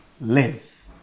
live